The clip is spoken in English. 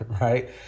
right